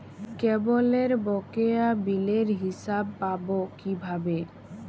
কেবলের বকেয়া বিলের হিসাব পাব কিভাবে?